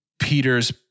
Peter's